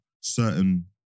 certain